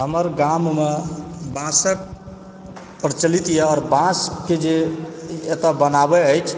हमर गाममे बाँसक प्रचलित यऽ आओर बाँसके जे एतऽ बनाबए अछि